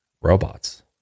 robots